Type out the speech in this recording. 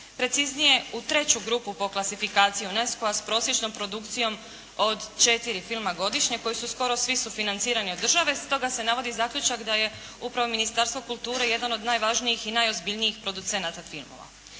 preciznije u treću grupu po klasifikaciji UNESCO-a s prosječnom produkcijom od četiri filma godišnje koji skoro svi su financirani od države, stoga se navodi zaključak da je upravo Ministarstvo kulture jedan od najvažnijih i najozbiljnijih producenata filmova.